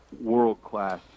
world-class